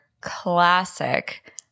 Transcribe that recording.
classic